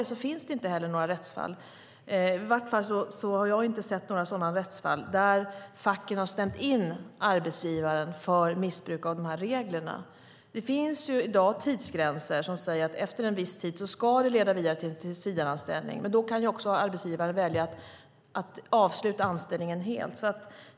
I AD finns det inte några rättsfall - jag har i vart fall inte sett några sådana rättsfall - där facken har stämt arbetsgivare för missbruk av reglerna. Det finns i dag tidsgränser som säger att efter en viss tid ska visstidsanställning leda vidare till en tillsvidareanställning. Men då kan arbetsgivare också välja att avsluta anställningen helt.